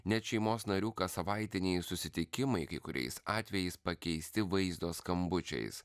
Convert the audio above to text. net šeimos narių kassavaitiniai susitikimai kai kuriais atvejais pakeisti vaizdo skambučiais